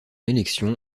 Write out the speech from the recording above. élection